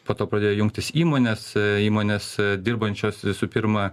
po to pradėjo jungtis įmonės įmonės dirbančios visų pirma